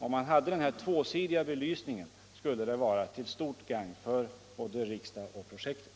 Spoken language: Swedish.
Om man fick en sådan här tvåsidig belysning skulle det vara till stort gagn för både riksdagen och projektet.